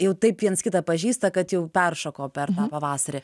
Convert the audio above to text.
jau taip viens kitą pažįsta kad jau peršoko per tą pavasarį